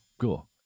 Cool